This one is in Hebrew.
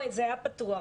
זה היה פתוח.